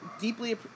deeply